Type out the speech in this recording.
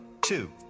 two